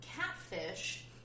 catfish